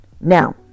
Now